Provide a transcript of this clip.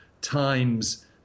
times